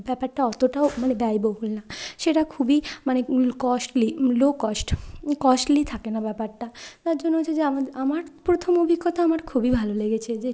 ব্যাপারটা অতটাও মানে ব্যয়বহুল না সেটা খুবই মানে কস্টলি লো কস্ট কস্টলি থাকে না ব্যাপারটা যার জন্য হচ্ছে যে আমার প্রথম অভিজ্ঞতা আমার খুবই ভালো লেগেছে যে